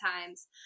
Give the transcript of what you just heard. times